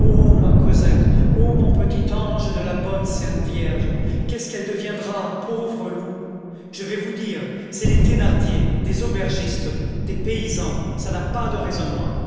ma cosette ô mon petit ange de la bonne sainte vierge qu'est-ce qu'elle deviendra pauvre loup je vais vous dire c'est les thénardier des aubergistes des paysans ça n'a pas de raisonnement